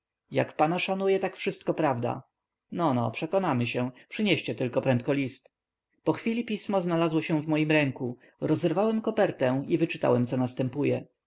jak pana szanuję tak wszystko prawda no no przekonamy się przynieście tylko prędko list po chwili pismą znalazło się w moich ręku rozerwałem kopertę i wyczytałem co następuje